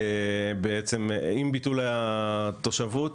עם ביטול התושבות,